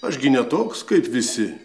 aš gi ne toks kaip visi